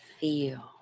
feel